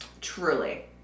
Truly